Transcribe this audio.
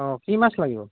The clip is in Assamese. অঁ কি মাছ লাগিব